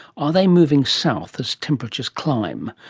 are they moving south as temperatures climb?